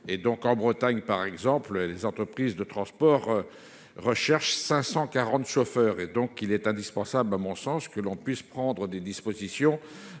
En Bretagne, par exemple, les entreprises de transport cherchent 540 chauffeurs. Il est donc indispensable, à mon sens, que l'on prenne des dispositions